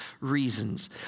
reasons